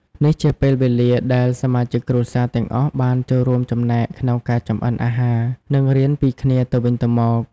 នេះជាពេលវេលាដែលសមាជិកគ្រួសារទាំងអស់បានចូលរួមចំណែកក្នុងការចម្អិនអាហារ និងរៀនពីគ្នាទៅវិញទៅមក។